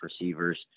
receivers